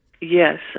Yes